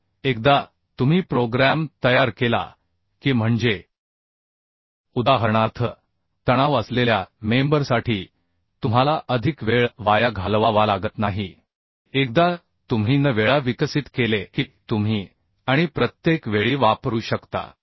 तर एकदा तुम्ही प्रोग्रॅम तयार केला की म्हणजे उदाहरणार्थ तणाव असलेल्या मेम्बरसाठी तुम्हाला अधिक वेळ वाया घालवावा लागत नाही एकदा तुम्ही n वेळा विकसित केले की तुम्ही हे आणि प्रत्येक वेळी वापरू शकता